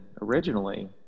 originally